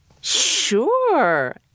Sure